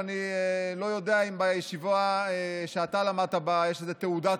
אני לא יודע אם בישיבה שאתה למדת בה יש איזו תעודת